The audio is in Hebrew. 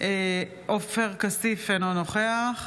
עופר כסיף, אינו נוכח